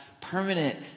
permanent